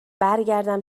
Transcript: برگردم